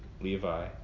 levi